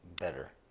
better